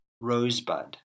Rosebud